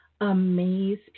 amaze